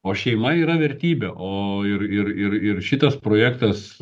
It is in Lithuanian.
o šeima yra vertybė o ir ir ir ir šitas projektas